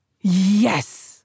Yes